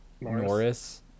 Norris